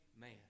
man